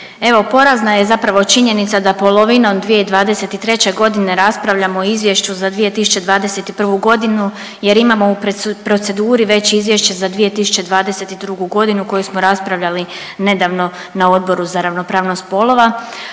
Evo porazna je zapravo činjenica da polovinom 2023.g. raspravljamo o izvješću za 2021.g. jer imamo u proceduri već izvješće za 2022.g. koju smo raspravljali nedavno na Odboru za ravnopravnost spolova.